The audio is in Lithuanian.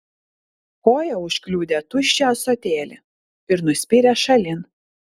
koja užkliudė tuščią ąsotėlį ir nuspyrė šalin